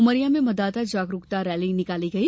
उमरिया में मतदाता जागरुकता रैली निकाली गई